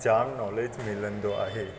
जाम knowledge मिलंदो आहे